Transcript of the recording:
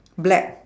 black